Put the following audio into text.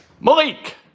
Malik